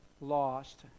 lost